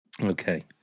okay